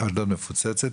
אשדוד מפוצצת,